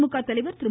திமுக தலைவர் திரு